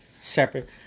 separate